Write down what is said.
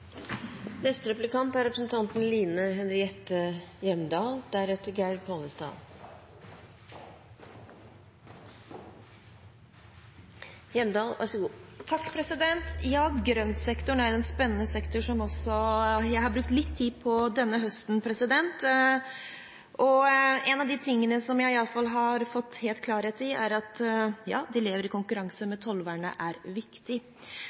er en spennende sektor, som også jeg har brukt litt tid på denne høsten, og en av de tingene som jeg iallfall har fått helt klarhet i, er at de lever i konkurranse. Men tollvernet er viktig.